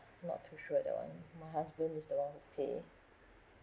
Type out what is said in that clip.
not too sure that one my husband is the one pay